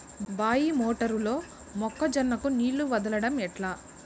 బాయి మోటారు లో మొక్క జొన్నకు నీళ్లు వదలడం ఎట్లా?